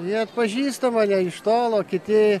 jie atpažįsta mane iš tolo kiti